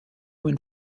win